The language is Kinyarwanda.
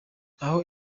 aho